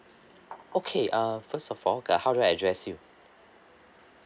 okay uh first of all uh how do I address you